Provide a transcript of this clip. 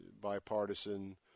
bipartisan